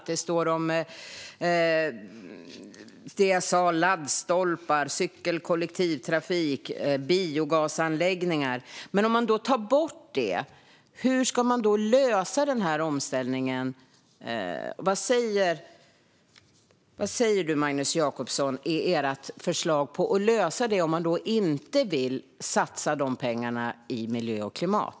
Som jag sa står det om laddstolpar, om cykel och kollektivtrafik och om biogasanläggningar. Men om man tar bort pengarna - hur ska man då lösa omställningen? Vad säger du, Magnus Jacobsson? Vad är ert förslag till att lösa detta om man inte vill satsa pengarna i miljö och klimat?